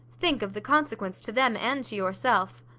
think of the consequence to them and to yourself.